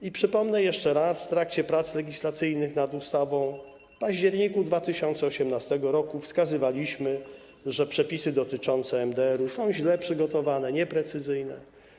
I przypomnę jeszcze raz, że w trakcie prac legislacyjnych nad ustawą w październiku 2018 r. wskazywaliśmy, że przepisy dotyczące MDR-u są źle przygotowane, nieprecyzyjne.